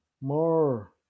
more